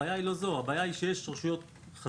הבעיה היא לא זו, הבעיה היא שיש רשויות חזקות